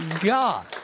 God